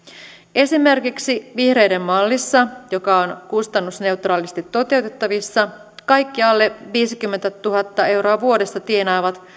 esimerkiksi vihreiden mallissa joka on kustannusneutraalisti toteutettavissa kaikki alle viisikymmentätuhatta euroa vuodessa tienaavat